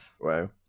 Wow